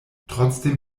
trotzdem